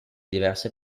diverse